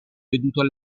veduto